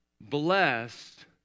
blessed